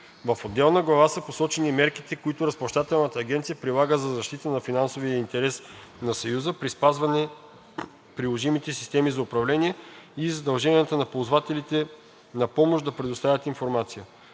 В отделна глава са посочени мерките, които Разплащателната агенция прилага за защита на финансовите интереси на Съюза, при спазване приложимите системи на управление и задълженията на ползвателите на помощ да предоставят информация.